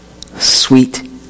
sweet